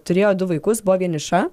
turėjo du vaikus buvo vieniša